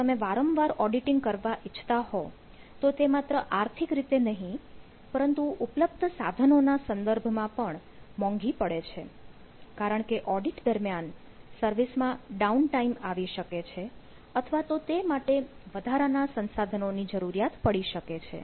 જો તમે વારંવાર ઓડિટીંગ કરવા ઇચ્છતા હો તો તે માત્ર આર્થિક રીતે નહીં પરંતુ ઉપલબ્ધ સાધનોના સંદર્ભમાં પણ મોંઘી પડે છે કારણ કે ઓડિટ દરમિયાન સર્વિસમાં ડાઉન ટાઇમ આવી શકે છે અથવા તો તે માટે વધારાના સંસાધનોની જરૂરિયાત પડી શકે છે